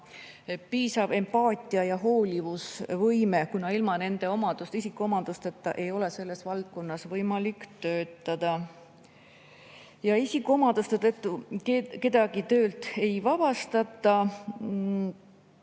piisav empaatia‑ ja hoolivusvõime, kuna ilma nende isikuomadusteta ei ole selles valdkonnas võimalik töötada. Ja isikuomaduste tõttu kedagi töölt ei vabastata.